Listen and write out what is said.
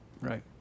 right